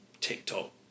tiktok